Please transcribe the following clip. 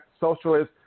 socialist